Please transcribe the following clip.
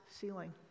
ceiling